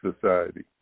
society